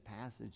passage